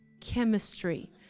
chemistry